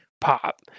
pop